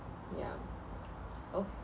yeah oh